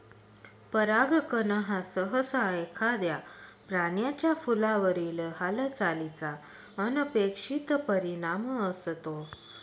परागकण हा सहसा एखाद्या प्राण्याचा फुलावरील हालचालीचा अनपेक्षित परिणाम असतो